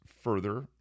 further